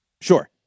Sure